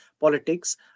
politics